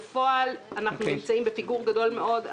בפועל אנחנו נמצאים בפיגור גדול מאוד.